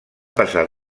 passar